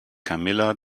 camilla